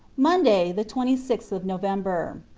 monday, the twenty sixth of november.